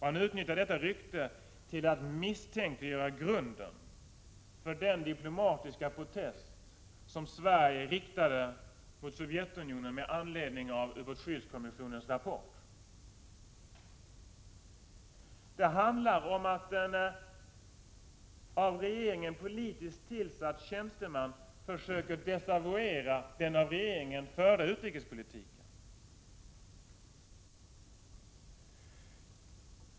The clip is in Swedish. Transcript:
Han utnyttjade detta rykte för att misstänkliggöra grunden för den diplomatiska protest som Sverige riktade mot Sovjeunionen med anledning av utbåtsskyddskommissionens rapport. Det handlar om att en av regeringen politiskt tillsatt tjänsteman försöker desavouera den av regeringen förda utrikespolitiken.